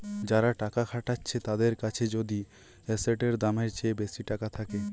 যারা টাকা খাটাচ্ছে তাদের কাছে যদি এসেটের দামের চেয়ে বেশি টাকা থাকে